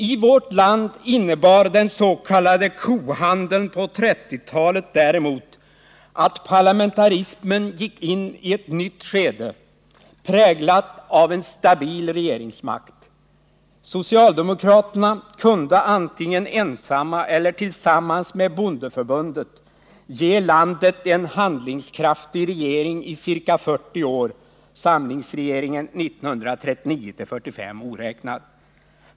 I vårt land innebar den s.k. kohandeln på 1930-talet däremot att parlamentarismen gick in i ett nytt skede, präglat av en stabil regeringsmakt. Socialdemokraterna kunde antingen ensamma eller tillsammans med bondeförbundet ge landet en handlingskraftig regering i ca 40 år, samlingsregeringen 1939-1945 oräknad.